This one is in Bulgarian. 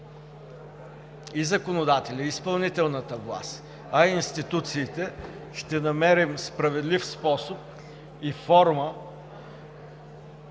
и законодателят, и изпълнителната власт, а и институциите ще намерим справедлив способ и форма